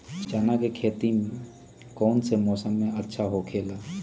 चाना के खेती कौन मौसम में सबसे अच्छा होखेला?